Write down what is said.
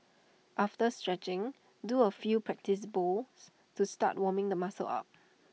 after stretching do A few practice bowls to start warming the muscles up